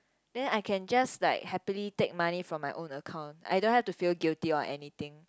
then I can just like happily take money from my own account I don't have to feel guilty or anything